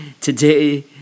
Today